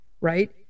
right